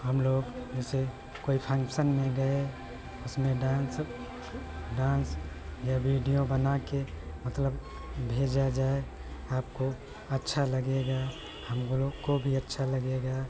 हमलोग ऐसे कोई फँक्शन में गए उसमें डान्स डान्स या वीडियो बनाकर मतलब भेजा जाए आपको अच्छा लगेगा हमलोग को भी अच्छा लगेगा